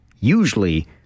usually